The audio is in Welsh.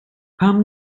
pam